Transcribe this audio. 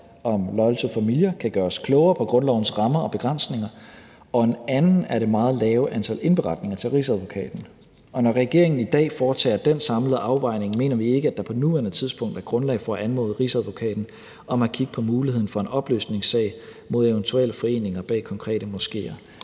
om Loyal To Familia kan gøre os klogere på grundlovens rammer og begrænsninger, og en anden er det meget lave antal indberetninger til Rigsadvokaten. Når regeringen i dag foretager den samlede afvejning, mener vi ikke, at der på nuværende tidspunkt er grundlag for at anmode Rigsadvokaten om at kigge på muligheden for en opløsningssag mod eventuelle foreninger bag konkrete moskéer.